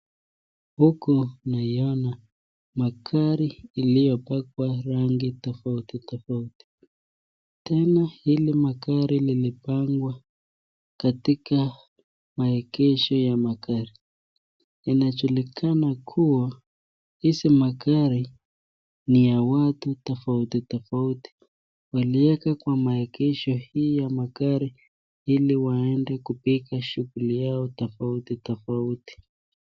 Huku naiona magari iliowekwa rangi tofautitofauti. Tena hili magari lilipangwa katika maegesho ya magari. Yanajulikana kuwa hizi magari niya watu tofautitofauti, waliweka kwa maegesho hii ya magari ili waende kupiga shughuli yao tofautitofauti.